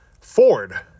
Ford